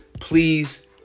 Please